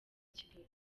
kigali